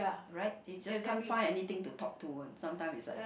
right you just can't find anything to talk to one sometimes is like